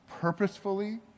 purposefully